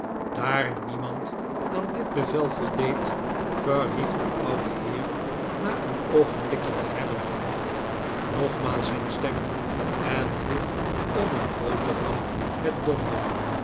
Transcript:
daar niemand aan dit bevel voldeed verhief de oude heer na een oogenblikje te hebben gewacht nogmaals zijn stem en vroeg om een boterham met donder